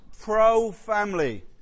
pro-family